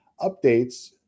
updates